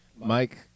Mike